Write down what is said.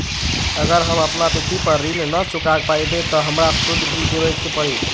अगर हम अपना तिथि पर ऋण न चुका पायेबे त हमरा सूद भी देबे के परि?